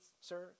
sir